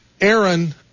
Aaron